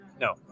No